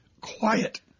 quiet